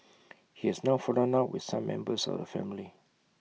he has now fallen out with some members of the family